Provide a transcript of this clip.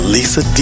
Lisa